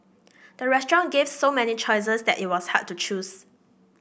the restaurant gave so many choices that it was hard to choose